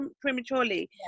prematurely